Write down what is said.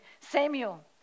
Samuel